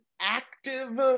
active